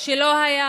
שלא היה